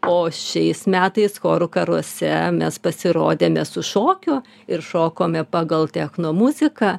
o šiais metais chorų karuose mes pasirodėme su šokiu ir šokome pagal techno muziką